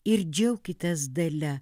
ir džiaukitės dalia